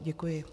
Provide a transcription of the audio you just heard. Děkuji.